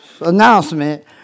announcement